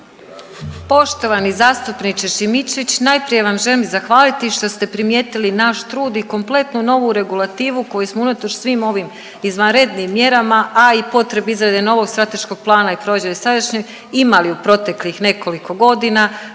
Poštovani zastupniče Šimičević, najprije vam želim zahvaliti što ste primijetili naš trud i kompletnu novu regulativu koju smo unatoč svim ovim izvanrednim mjerama, a i potrebi izrade novog strateškog plana i provođenja sadašnjeg imali u proteklih nekoliko godina,